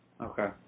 okay